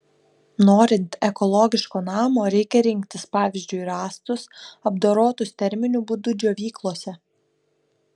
norint ekologiško namo reikia rinktis pavyzdžiui rąstus apdorotus terminiu būdu džiovyklose